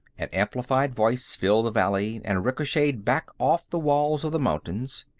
an amplified voice filled the valley and ricocheted back off the walls of the mountains,